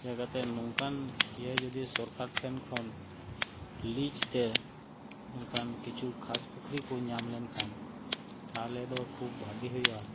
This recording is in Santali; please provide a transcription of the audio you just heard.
ᱤᱭᱟᱹ ᱠᱟᱛᱮᱫ ᱱᱚᱝᱠᱟᱱ ᱤᱭᱟᱹ ᱡᱚᱫᱤ ᱥᱚᱨᱠᱟᱨ ᱴᱷᱮᱱᱠᱷᱚᱱ ᱞᱤᱡ ᱛᱮ ᱱᱚᱝᱠᱟᱱ ᱠᱤᱪᱷᱩ ᱠᱷᱟᱥ ᱯᱩᱠᱷᱨᱤ ᱠᱩ ᱧᱟᱢ ᱞᱮᱱᱠᱷᱟᱱ ᱛᱟᱦᱚᱞᱮ ᱫᱚ ᱠᱷᱩᱵ ᱵᱷᱟᱹᱜᱤ ᱦᱩᱭᱩᱜᱼᱟ